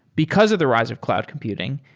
because of the rise of cloud computing,